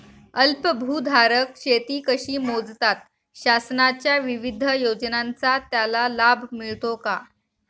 अल्पभूधारक शेती कशी मोजतात? शासनाच्या विविध योजनांचा त्याला लाभ मिळतो का?